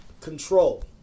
Control